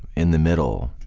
in the middle,